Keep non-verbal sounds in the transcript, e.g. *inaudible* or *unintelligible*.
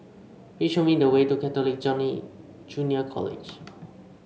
please show me the way to Catholic *unintelligible* Junior College